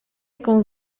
jaką